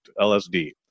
lsd